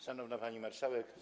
Szanowna Pani Marszałek!